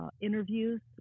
interviews